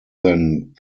than